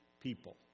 people